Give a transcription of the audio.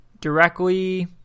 directly